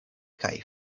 kaj